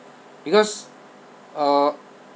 because uh